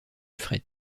fret